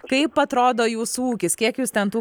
kaip atrodo jūsų ūkis kiek jūs ten tų